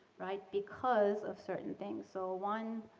right, because of certain things. so, one,